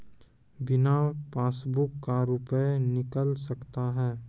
बिना पासबुक का रुपये निकल सकता हैं?